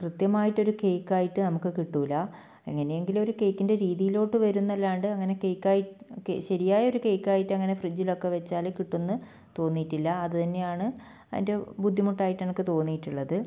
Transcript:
കൃത്യമായിട്ടൊരു കേക്ക് ആയിട്ട് നമുക്ക് കിട്ടൂല്ല എങ്ങനെയെങ്കിലും ഒരു കേക്കിൻ്റെ രീതിയിലോട്ട് വരുമെന്നല്ലാണ്ട് അങ്ങനെ കേക്ക് ആയി ശരിയായ ഒരു കേക്കായിട്ട് അങ്ങനെ ഫ്രിഡ്ജിലൊക്കെ വെച്ചാൽ കിട്ടുമെന്ന് തോന്നീട്ടില്ല അത് തന്നെയാണ് അതിന്റെ ബുദ്ധിമുട്ടായിട്ട് എനിക്ക് തോന്നീട്ടുള്ളത്